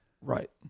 Right